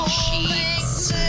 sheets